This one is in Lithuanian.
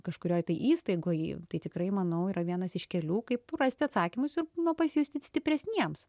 kažkurioj tai įstaigoj tai tikrai manau yra vienas iš kelių kaip rasti atsakymus ir nu pasijusti stipresniems